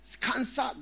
cancer